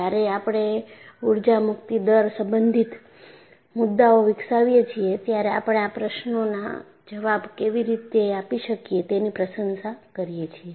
જ્યારે આપણે ઊર્જા મુક્તિ દર સંબંધિત મુદ્દાઓ વિકસાવીએ છીએ ત્યારે આપણે આ પ્રશ્નોના જવાબ કેવી રીતે આપી શકીએ તેની પ્રશંસા કરીએ છીએ